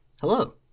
Hello